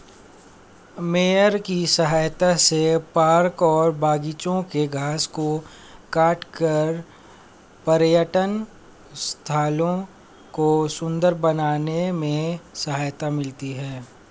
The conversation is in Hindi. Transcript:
मोअर की सहायता से पार्क और बागिचों के घास को काटकर पर्यटन स्थलों को सुन्दर बनाने में सहायता मिलती है